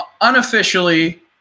Unofficially